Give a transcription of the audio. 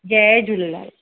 Jay Jhulelal